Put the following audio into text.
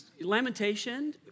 Lamentation